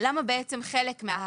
למה חלק מההחמרות